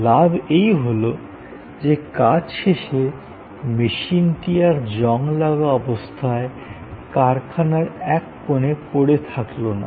লাভ এই হল যে কাজ শেষে মেশিনটি আর জং লাগা অবস্থায় কারখানার এক কোনে পড়ে থাকলো না